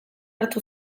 hartu